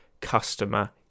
customer